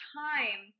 time